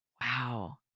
Wow